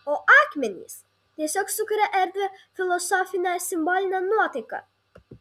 o akmenys tiesiog sukuria erdvią filosofinę simbolinę nuotaiką